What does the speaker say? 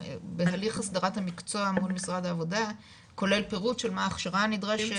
פירוט של משרד העבודה, כולל מה ההכשרה הנדרשת.